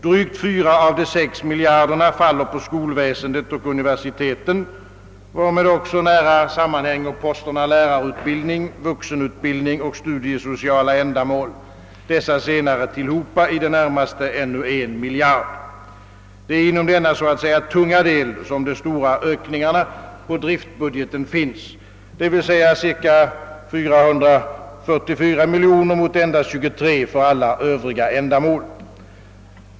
Drygt fyra av de sex miljarderna faller på skolväsendet och universiteten, varmed också nära sammanhänger posterna lärarutbildning, vuxenutbildning och studiesociala ändamål — dessa senare tillhopa i det närmaste ännu en miljard. Det är inom denna så att säga tunga del som de stora ökningarna på driftbudgeten finns, d.v.s. cirka 444 miljoner mot endast 23 för alla övriga ändamål.